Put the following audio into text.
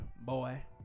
boy